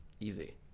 Easy